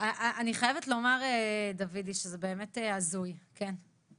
אני חייבת לומר דוידי שזה באמת הזוי, כן.